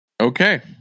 Okay